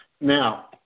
Now